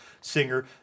singer